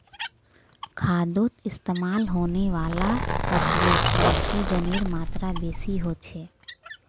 खादोत इस्तेमाल होने वाला तत्वोत नाइट्रोजनेर मात्रा बेसी होचे